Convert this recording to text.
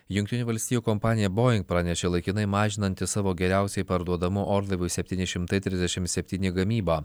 jungtinių valstijų kompanija boing pranešė laikinai mažinanti savo geriausiai parduodamu orlaivių septyni šimtai trisdešim septyni gamybą